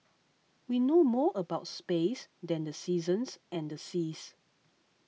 we know more about space than the seasons and the seas